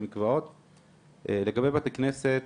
לגבי בתי כנסת,